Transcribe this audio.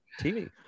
TV